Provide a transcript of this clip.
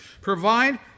provide